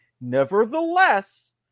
Nevertheless